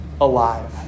alive